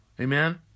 Amen